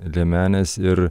liemenės ir